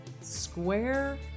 square